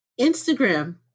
Instagram